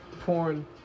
porn